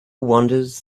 wanders